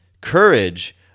courage